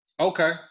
Okay